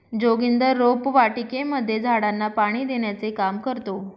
जोगिंदर रोपवाटिकेमध्ये झाडांना पाणी देण्याचे काम करतो